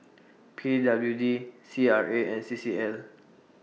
P W D C R A and C C L